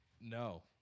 No